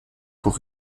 pour